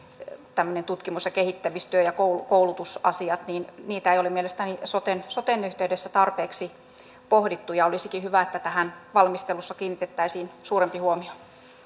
tämmöisiä tutkimus kehittämistyö ja koulutusasioita ei ole mielestäni soten soten yhteydessä tarpeeksi pohdittu olisikin hyvä että tähän valmistelussa kiinnitettäisiin suurempi huomio